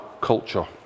culture